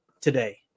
today